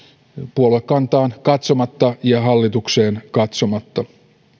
puoluekantaan katsomatta ja hallitukseen katsomatta